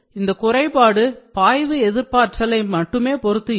இந்த குறைபாடு பாய்வு எதிர்ப்பாற்றலை மட்டுமே பொருத்து இருக்கும்